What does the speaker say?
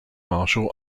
martial